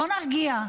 בוא נרגיע.